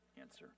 answer